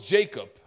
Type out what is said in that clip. Jacob